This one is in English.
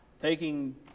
Taking